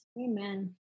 Amen